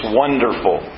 wonderful